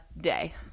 day